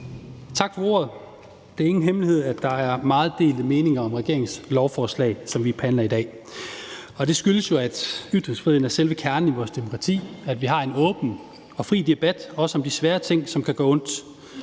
Tak for ordet. Det er ingen hemmelighed, at der er meget delte meninger om regeringens lovforslag, som vi behandler i dag, og det skyldes jo, at ytringsfriheden er selve kernen i vores demokrati, at vi har en åben og fri debat, også om de svære ting, som kan gøre ondt.